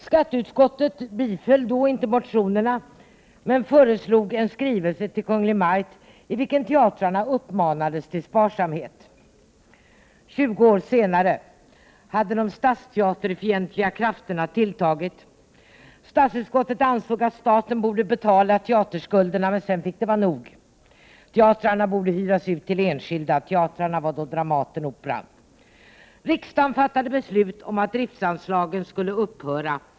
Skatteutskottet biföll då inte motionerna men föreslog en skrivelse till Kungl. Maj:t, i vilken teatrarna uppmanades till sparsamhet. 20 år senare hade de statsteaterfientliga krafterna tilltagit. Statsutskottet ansåg att staten borde betala teaterskulderna, men sedan fick det vara nog. Teatrarna borde hyras ut till enskilda. Teatrarna var då Dramaten och Operan. Riksdagen fattade beslut om att driftsanslagen skulle upphöra.